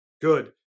good